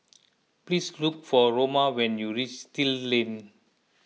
please look for Roma when you reach Still Lane